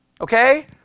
Okay